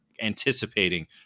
anticipating